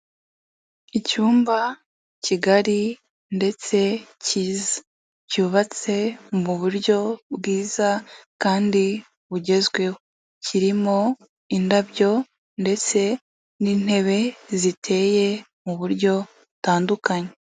Icyumba kigari ndetse cyiza. Cyubatse mu buryo bwiza kandi bugezweho. Kirimo indabyo ndetse n'intebe ziteye mu buryo butandukanye.